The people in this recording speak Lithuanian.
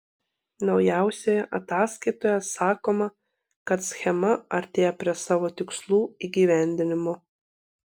naujausioje ataskaitoje sakoma kad schema artėja prie savo tikslų įgyvendinimo